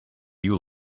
you